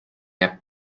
jääb